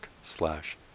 slash